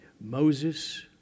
Moses